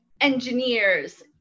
engineers